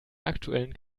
aktuellen